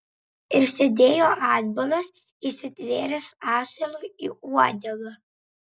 ir sėdėjo atbulas įsitvėręs asilui į uodegą